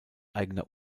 eigener